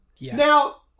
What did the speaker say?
now